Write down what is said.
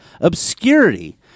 Obscurity